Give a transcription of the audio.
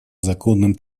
законным